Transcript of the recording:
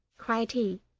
cried he,